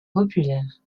populaire